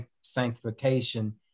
sanctification